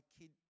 kid